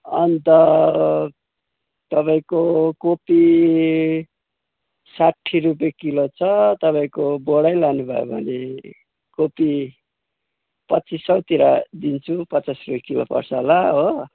अनि त तपाईँको कोपी साठ्ठी रुपियाँ किलो छ तपाईँको बोरै लानुभयो भने कोपी पच्चिस सयतिर दिन्छु पचास रुपियाँ किलो पर्छ होला हो